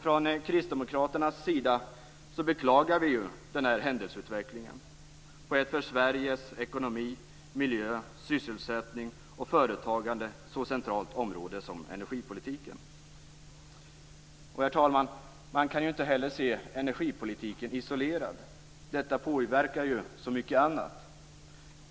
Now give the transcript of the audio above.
Vi kristdemokrater beklagar den här händelseutvecklingen på ett för Sveriges ekonomi, miljö, sysselsättning och företagande så centralt område som energipolitiken. Herr talman! Man kan heller inte se energipolitiken isolerad. Detta påverkar så mycket annat.